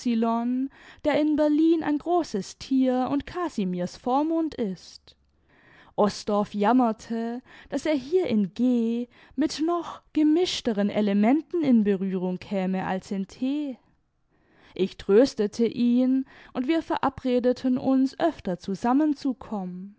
der in berlin ein großes tier imd casimirs vormund ist osdorff jammerte daß er hier in g mit noch gemischteren elementen in berührung käme als in t ich tröstete ihn und wir verabredeten ims öfter zusammen